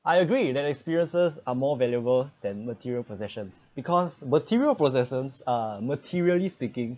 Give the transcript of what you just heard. I agree that experiences are more valuable than material possessions because material possessions are materially speaking